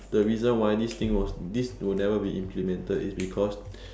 the reason why this thing was this will never be implemented is because